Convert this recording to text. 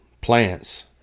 plants